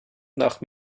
nach